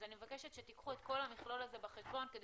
אני מבקשת שתיקחו את כל המכלול הזה בחשבון כדי